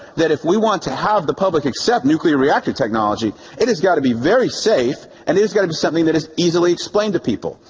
that if we want to have the public accept nuclear reactor technology, it has got to be very safe and it's got to be something that is easily explained to people.